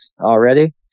already